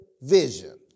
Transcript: vision